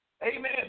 Amen